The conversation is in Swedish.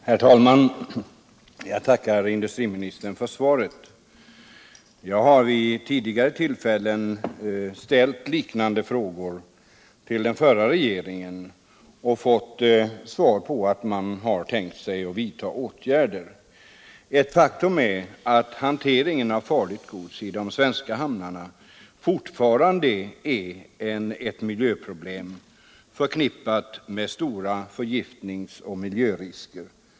Herr talman! Jag tackar industriministern för svaret. Vid tidigare tillfällen har jag ställt liknande frågor till den förra regeringen och fått svaret att man tänkt vidta åtgärder. Ett faktum är att hantering av farligt gods i de svenska hamnarna fortfarande är ett miljöproblem, förknippat med stora förgiftnings och miljörisker.